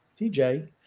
TJ